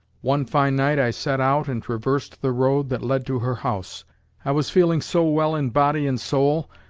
one fine night, i set out and traversed the road that led to her house. i was feeling so well in body and soul,